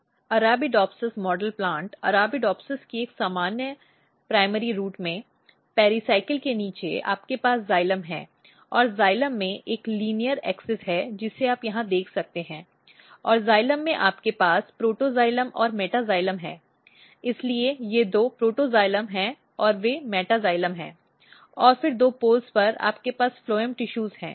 Arabidopsis model plant Arabidopsis की एक सामान्य प्राथमिक जड़ में पेरिसायकल के नीचे आपके पास जाइलम है और जाइलम में एक लीनियर एक्स है जिसे आप यहां देख सकते हैं और जाइलम में आपके पास प्रोटोक्साइलम और मेटैक्साइलम हैं इसलिए ये दो प्रोटोक्साइलम हैं जो वे मेटैक्साइलम हैं और फिर दो पोल्स पर आपके पास फ्लोएम टिशूज हैं